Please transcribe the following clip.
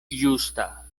justa